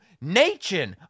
Nature